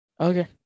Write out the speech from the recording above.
okay